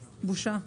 בושה.